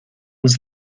was